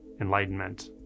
enlightenment